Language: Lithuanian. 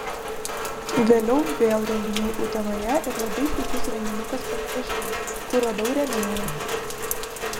vėliau vėl renginiai utenoje ir labai puikus renginukas panevėžyje kur radau rėmėją